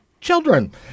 children